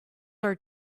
are